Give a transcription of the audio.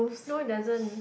no it doesn't